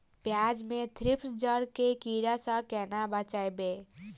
प्याज मे थ्रिप्स जड़ केँ कीड़ा सँ केना बचेबै?